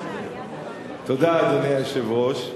תודה, אדוני היושב-ראש.